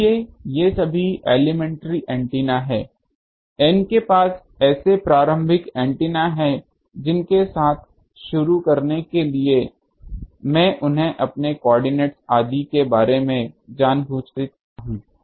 इसलिए ये सभी एलीमेंट्री एंटीना हैं I N के पास ऐसे प्रारंभिक एंटीना हैं जिनके साथ शुरू करने के लिए मैं उन्हें अपने कोऑर्डिनटस आदि के बारे में जान बूझकर वितरित कर रहा हूं